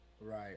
Right